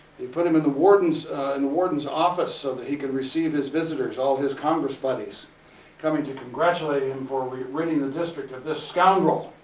they put him in the warden's in the warden's office so that he could receive his visitors, all his congress buddies coming to congratulate him for winning the district of this scoundrel!